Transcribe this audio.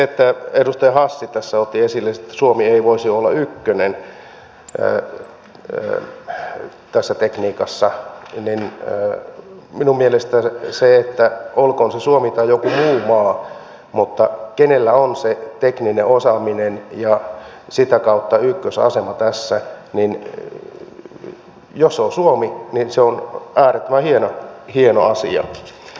kun edustaja hassi tässä otti esille että suomi ei voisi olla ykkönen tässä tekniikassa niin olkoon se suomi tai joku muu maa mutta jos se kenellä on se tekninen osaaminen ja sitä kautta ykkösasema tässä on suomi niin se on minun mielestäni äärettömän hieno asia